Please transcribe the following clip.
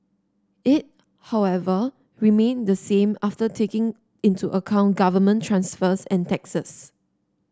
it however remained the same after taking into account government transfers and taxes